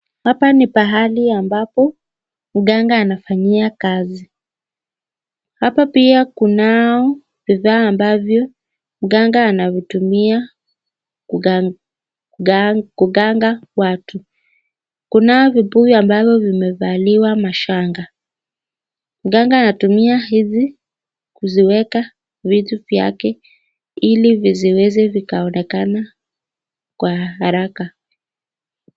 Hapa ni pahali ambapo mganga anafanyia kazi. Hapa pia kunao vifaa ambavyo mganga anavitumia kuganga kuganga watu. Kuna vibuyu ambavyo vimevaliwa mashanga. Mganga anatumia hizi kuziweka vitu vyake ili viziweze vikaonekana kwa haraka.